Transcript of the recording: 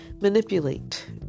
manipulate